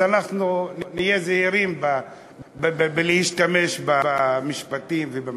אז אנחנו נהיה זהירים בלהשתמש במשפטים ובמילים.